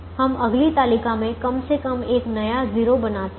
तो हम अगली तालिका में कम से कम एक नया 0 बनाते हैं